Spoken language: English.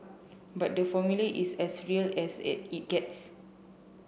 but the Formula is as real as it it gets